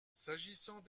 s’agissant